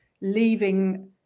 leaving